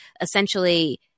Essentially